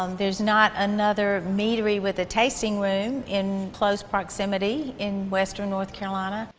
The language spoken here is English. um there's not another meadery with a tasting room in close proximity in western north carolina.